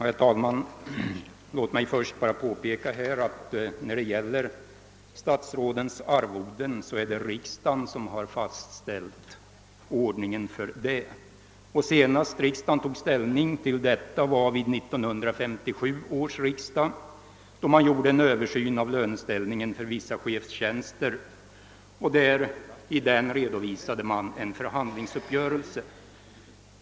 Herr talman! Låt mig bara påpeka att det är riksdagen som har fastställt ordningen för statsrådens arvoden. Senast riksdagen tog ställning till denna fråga var år 1957, då man gjorde en översyn av löneställningen för vissa chefstjänster och därvid redovisade en förhandlingsuppgörelse.